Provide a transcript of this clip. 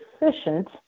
efficient